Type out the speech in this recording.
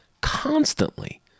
constantly